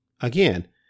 Again